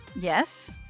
Yes